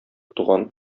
туган